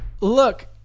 look